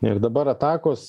ir dabar atakos